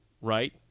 right